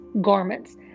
garments